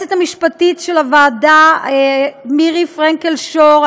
ליועצת המשפטית של הוועדה מירי פרנקל-שור,